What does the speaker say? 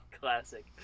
Classic